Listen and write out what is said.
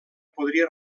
podria